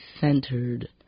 centered